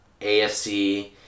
AFC